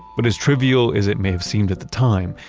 but as trivial is it may have seemed at the time,